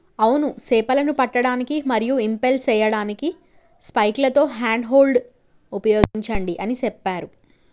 అవును సేపలను పట్టడానికి మరియు ఇంపెల్ సేయడానికి స్పైక్లతో హ్యాండ్ హోల్డ్ ఉపయోగించండి అని సెప్పారు